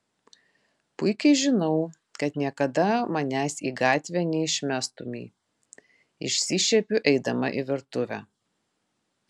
puikiai žinau kad niekada manęs į gatvę neišmestumei išsišiepiu eidama į virtuvę